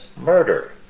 murder